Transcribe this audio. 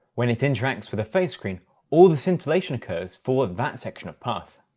when it interacts with the phase screen all the scintillation occurs for that section of path.